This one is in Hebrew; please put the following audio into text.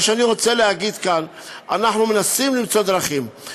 מה שאני רוצה להגיד כאן זה שאנחנו מנסים למצוא דרכים,